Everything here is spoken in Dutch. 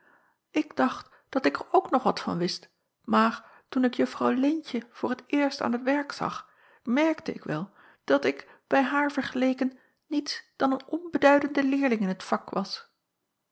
ik dacht dat ik er ook nog wat van wist maar toen ik juffrouw leentje voor t eerst aan het werk zag merkte ik wel dat ik bij haar vergeleken niets dan een onbeduidende leerling in t vak was